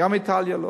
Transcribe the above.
גם לאיטליה לא.